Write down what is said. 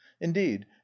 indeed